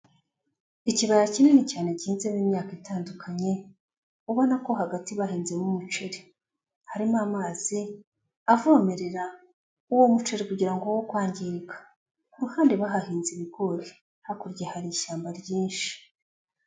Ikibaya kinini cyane gihinzemo imyaka itandukanye, ubona ko hagati bahinzemo umuceri, harimo amazi avomerera uwo muceri kugira ngo wo kwangirika, ku ruhande bahahinze ibigori, hakurya hari ishyamba ryinshi.